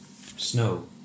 snow